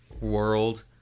world